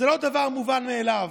זה לא דבר מובן מאליו.